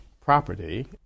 property